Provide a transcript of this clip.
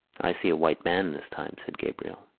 i see a white man this time, said gabriel.